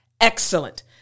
Excellent